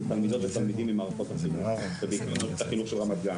זה תלמידות ותלמידים ממוסדות החינוך של רמת גן,